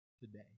today